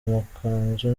amakanzu